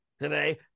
today